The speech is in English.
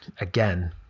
again